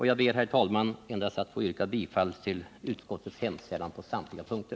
Jag ber, herr talman, att få yrka bifall till utskottets hemställan på samtliga punkter.